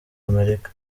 amerika